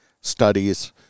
studies